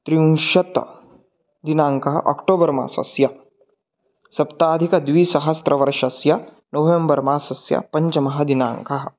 त्रिंशत् दिनाङ्कः अक्टोबर्मासस्य सप्ताधिकद्विसहस्रतमवर्षस्य नवेम्बर्मासस्य पञ्चमः दिनाङ्कः